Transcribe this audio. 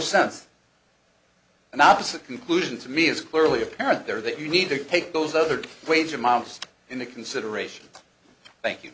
sense an opposite conclusion to me is clearly apparent there that you need to take those other wage amounts into consideration thank you